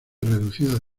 reducidas